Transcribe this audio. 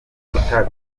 hano